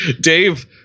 Dave